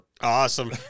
Awesome